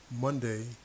Monday